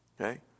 Okay